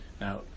Now